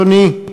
אדוני,